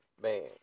Man